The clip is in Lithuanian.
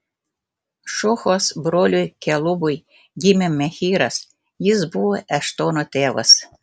šuhos broliui kelubui gimė mehyras jis buvo eštono tėvas